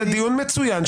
זה דיון מצוין,